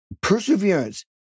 perseverance